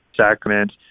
Sacrament